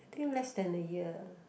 I think less than a year ah